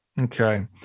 Okay